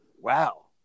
wow